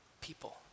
people